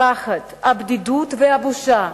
הפחד, הבדידות והבושה.